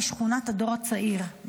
משכונת הדור הצעיר,